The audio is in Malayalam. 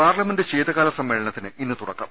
പാർലമെന്റ് ശീതകാല സമ്മേളനത്തിന് ഇന്ന് തുടക്കം